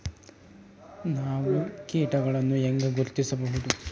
ನಾವು ಕೇಟಗಳನ್ನು ಹೆಂಗ ಗುರ್ತಿಸಬಹುದು?